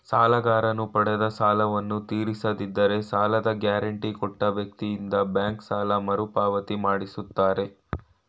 ಸಾಲಗಾರನು ಪಡೆದ ಸಾಲವನ್ನು ತೀರಿಸದಿದ್ದರೆ ಸಾಲದ ಗ್ಯಾರಂಟಿ ಕೊಟ್ಟ ವ್ಯಕ್ತಿಯಿಂದ ಬ್ಯಾಂಕ್ ಸಾಲ ಮರುಪಾವತಿ ಮಾಡಿಸುತ್ತಾರೆ